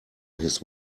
his